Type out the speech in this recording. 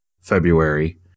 February